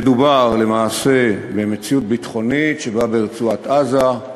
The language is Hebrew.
מדובר למעשה במציאות ביטחונית שבאה מרצועת-עזה.